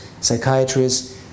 psychiatrists